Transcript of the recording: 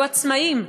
תהיו עצמאים,